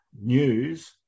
news